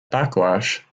backlash